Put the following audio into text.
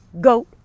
Goat